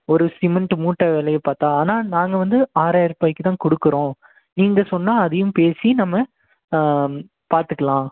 ஒரு சிமெண்ட்டு மூட்டை விலைய பார்த்தா ஆனால் நாங்கள் வந்து ஆறாயிரம் ரூபாய்க்கு தான் கொடுக்குறோம் நீங்கள் சொன்னால் அதையும் பேசி நம்ம பார்த்துக்குலாம்